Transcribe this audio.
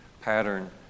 pattern